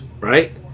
right